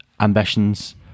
ambitions